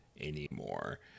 anymore